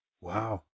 Wow